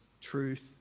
truth